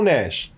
Nash